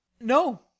no